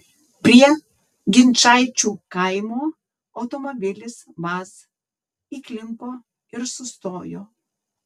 prie ginčaičių kaimo automobilis vaz įklimpo ir sustojo